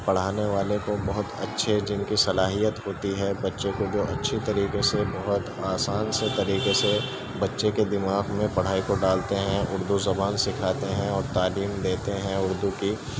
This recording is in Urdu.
پڑھانے والے کو بہت اچھے جن کی صلاحیت ہوتی ہے بچے کو جو اچھے طریقے سے بہت آسان سے طریقے سے بچے کے دماغ میں پڑھائی کو ڈالتے ہیں اردو زبان سکھاتے ہیں اور تعلیم دیتے ہیں اردو کی